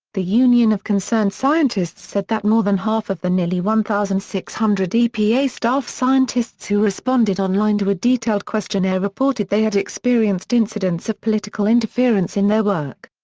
the union of concerned scientists said that more than half of the nearly one thousand six hundred epa staff scientists who responded online to a detailed questionnaire reported they had experienced incidents of political interference in their work.